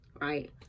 right